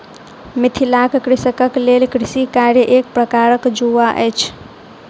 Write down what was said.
मिथिलाक कृषकक लेल कृषि कार्य एक प्रकारक जुआ अछि